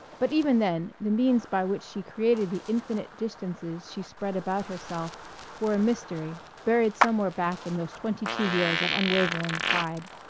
but even then the means by which she created the infinite distances she spread about herself were a mystery, buried somewhere back in those twenty-two years of unwavering pride.